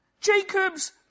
Jacob's